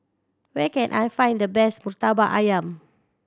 where can I find the best Murtabak Ayam